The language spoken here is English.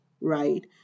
right